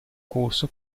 corso